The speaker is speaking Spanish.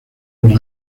los